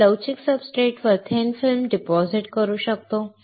आम्ही लवचिक सब्सट्रेट्सवर थिन फिल्म जमा करू शकतो